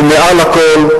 ומעל הכול,